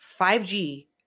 5G